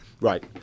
Right